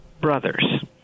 brothers